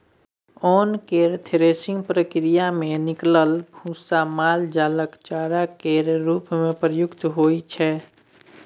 ओन केर थ्रेसिंग प्रक्रिया मे निकलल भुस्सा माल जालक चारा केर रूप मे प्रयुक्त होइ छै